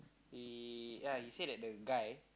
he ya he say that the guy